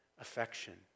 affection